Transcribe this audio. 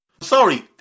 Sorry